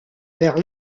vers